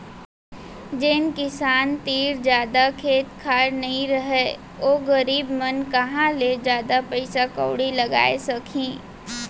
जेन किसान तीर जादा खेत खार नइ रहय ओ गरीब मन कहॉं ले जादा पइसा कउड़ी लगाय सकहीं